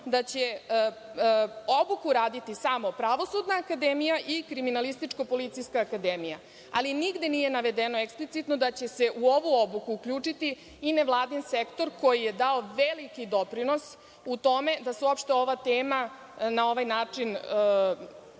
da će obuku raditi samo Pravosudna akademija i Kriminalističko-policijska akademija. Nigde nije navedeno eksplicitno da će se u ovu obuku uključiti i nevladin sektor koji je dao veliki doprinos u tome da se ova tema, na ovaj način